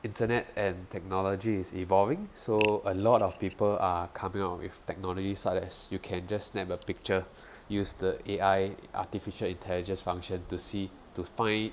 internet and technology is evolving so a lot of people are coming out with technology such as you can just snap a picture use the A_I artificial intelligence function to see to find